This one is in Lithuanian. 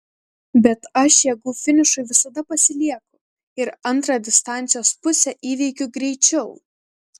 bet aš jėgų finišui visada pasilieku ir antrą distancijos pusę įveikiu greičiau